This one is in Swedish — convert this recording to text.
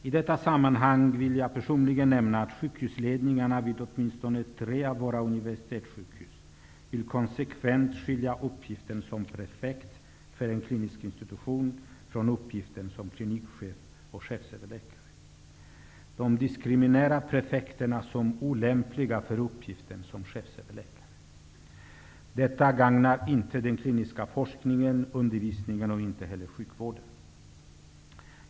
I detta sammanhang vill jag personligen nämna att sjukhusledningarna vid åtminstone tre av våra universitetssjukhus konsekvent vill skilja uppgiften som prefekt för en klinisk institution från uppgiften som klinikchef och chefsöverläkare. De diskriminerar prefekterna såsom varande olämpliga för uppgiften som chefsöverläkare. Detta gagnar inte den kliniska forskningen, undervisningen eller sjukvården.